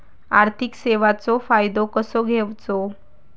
आर्थिक सेवाचो फायदो कसो घेवचो?